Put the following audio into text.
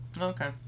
Okay